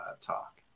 talk